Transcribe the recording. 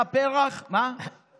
עשה פר"ח, זה חדש?